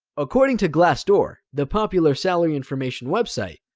according to glassdoor the popular salary information website,